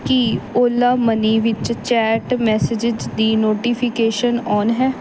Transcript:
ਕੀ ਓਲਾਮਨੀ ਵਿੱਚ chat messages ਦੀ notifications on ਹੈ